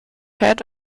head